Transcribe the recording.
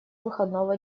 выходного